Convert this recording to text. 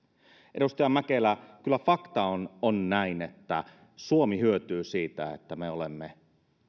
edustaja mäkelä kyllä fakta on on näin että suomi hyötyy siitä että me olemme